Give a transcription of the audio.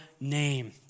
name